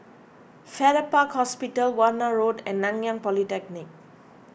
Farrer Park Hospital Warna Road and Nanyang Polytechnic